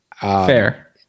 fair